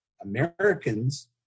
Americans